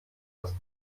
das